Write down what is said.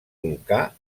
volcà